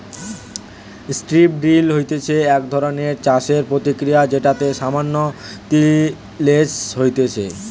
strip drill হতিছে এক ধরণের চাষের প্রক্রিয়া যেটাতে সামান্য তিলেজ হতিছে